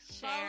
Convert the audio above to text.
share